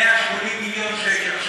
180 מיליון שקלים.